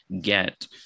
get